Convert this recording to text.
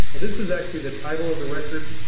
this is actually the title of the record.